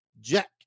jack